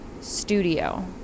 Studio